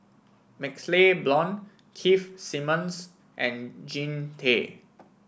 MaxLe Blond Keith Simmons and Jean Tay